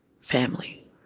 family